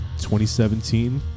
2017